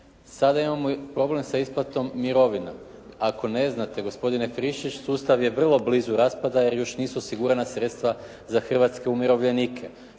sada imamo problem sa isplatnom mirovina. Ako ne znate gospodine Friščić sustav je vrlo blizu raspadaja jer još nisu osigurana sredstva za hrvatske umirovljenike,